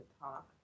talk